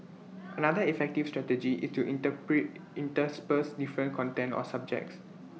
another effective strategy is to interpret intersperse different content or subjects